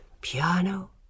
Piano